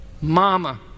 Mama